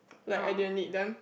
like i didn't need them